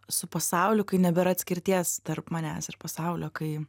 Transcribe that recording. su pasauliu kai nebėra atskirties tarp manęs ir pasaulio kai